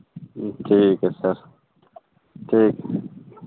ठीक है सर ठीक है